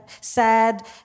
sad